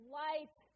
life